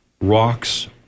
rocks